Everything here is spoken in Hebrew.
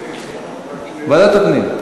כן, ועדת הפנים.